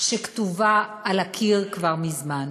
שכתובה על הקיר כבר מזמן.